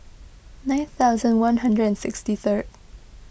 nine thousand one hundred and sixty third